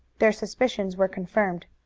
their suspicions were confirmed.